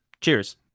Cheers